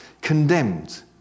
condemned